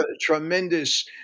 Tremendous